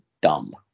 dumb